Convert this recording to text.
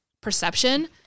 perception